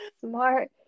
Smart